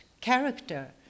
character